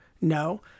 No